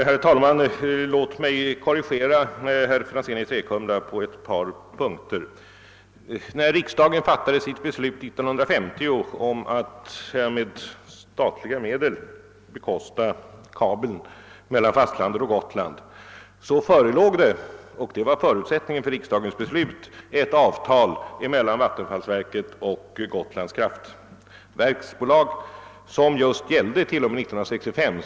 Herr talman! Låt mig korrigera herr Franzén i Träkumla på ett par punkter. När riksdagen fattade beslut 1950 om att med statliga medel bekosta kabeln mellan fastlandet och Gotland förelåg — och det var förutsättningen för riksdagens beslut — ett avtal mellan vattenfallsverket och Gotlands kraftverk, som gällde t.o.m. år 1965.